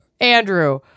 Andrew